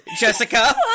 Jessica